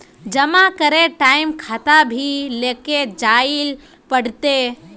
जमा करे के टाइम खाता भी लेके जाइल पड़ते?